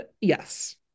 yes